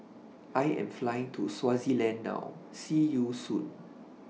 I Am Flying to Swaziland now See YOU Soon